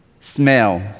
smell